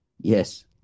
Yes